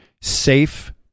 safe